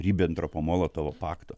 ribentropo molotovo pakto